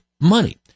money